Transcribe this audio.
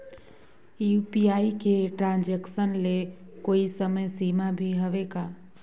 UPI के transaction ले कोई समय सीमा भी हवे का?